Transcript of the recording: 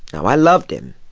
i loved him,